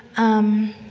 um,